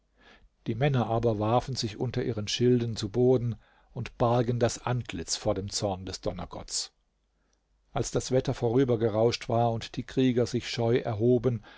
die männer aber warfen sich unter ihren schilden zu boden und bargen das antlitz vor dem zorn des donnergotts als das wetter vorübergerauscht war und die krieger sich scheu erhoben